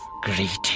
Greetings